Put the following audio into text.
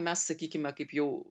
mes sakykime kaip jau